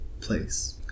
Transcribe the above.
place